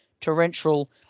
torrential